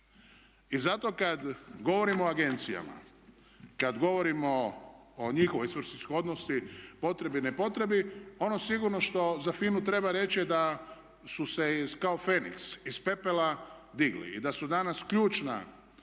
I zato kada govorimo o agencijama, kada govorimo o njihovoj svrsishodnosti potrebi, ne potrebi, ono sigurno što za FINA-u treba reći da su se kao feniks iz pepela digli i da su danas ključna